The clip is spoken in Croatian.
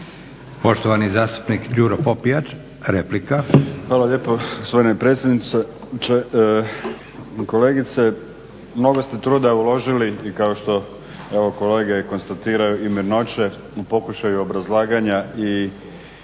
Poštovani zastupnik, Đuro Popijač, replika. **Popijač, Đuro (HDZ)** Hvala lijepo gospodine predsjedniče. Kolegice, mnogo ste truda uložili i kao što, evo kolege konstatiraju … u pokušaju obrazlaganja i